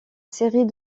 série